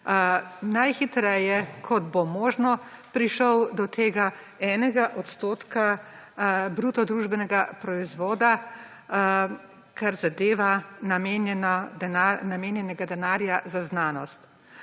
najhitreje, kot bo možno, prišel do 1 % bruto družbenega proizvoda, kar zadeva namenjenega denarja za znanost.